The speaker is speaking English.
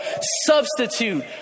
substitute